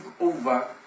over